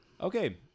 Okay